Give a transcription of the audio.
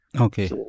Okay